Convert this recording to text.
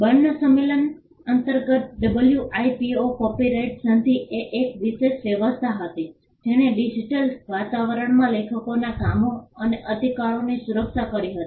burn સંમેલન અંતર્ગત WIPO copyright સંધિ એ એક વિશેષ વ્યવસ્થા હતી જેણે ડિજિટલ વાતાવરણમાં લેખકોના કામો અને અધિકારોની સુરક્ષા કરી હતી